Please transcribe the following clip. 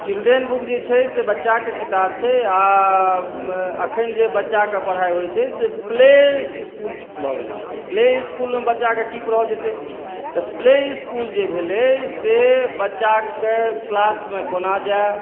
children book जे छै से बच्चा के किताब छै आ अखन जे बच्चा के पढाइ होइ छै से प्ले इसकुल भऽ गेलैया प्ले इसकल मे बच्चा के की पढ़ाओल जेतै तऽ प्ले इसकुल जे भेलै से बच्चा के क्लासमे कोना जाए